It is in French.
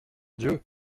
dieu